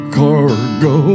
cargo